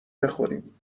بخوریم